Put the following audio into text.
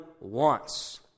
wants